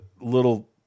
little